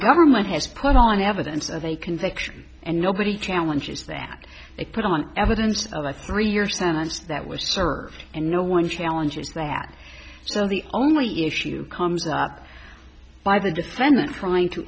government has put on evidence of a conviction and nobody challenges that they put on evidence of a three year sentence that was served and no one challenges that so the only issue comes up by the defendant t